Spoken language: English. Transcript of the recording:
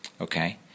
Okay